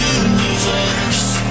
universe